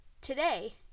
Today